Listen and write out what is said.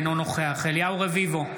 אינו נוכח אליהו רביבו,